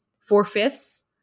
four-fifths